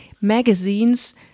magazines